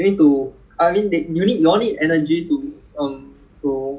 my friend eat three four bowls of rice ah some of them some of them